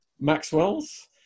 Maxwell's